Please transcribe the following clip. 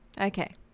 Okay